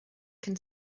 can